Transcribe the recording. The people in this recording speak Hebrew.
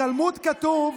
בתלמוד כתוב,